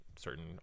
certain